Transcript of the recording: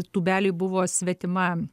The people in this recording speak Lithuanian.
tūbeliui buvo svetima